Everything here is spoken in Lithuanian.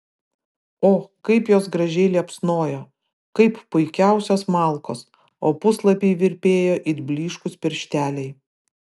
o kaip jos gražiai liepsnojo kaip puikiausios malkos o puslapiai virpėjo it blyškūs piršteliai